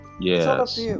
yes